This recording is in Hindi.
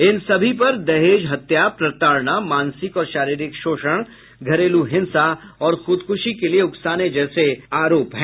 इन सभी पर दहेज हत्या प्रताड़ना मानसिक और शरीरिक शोषण घरेलू हिंसा और खुदकुशी के लिए उकसाने जैसे आरोप हैं